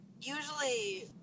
usually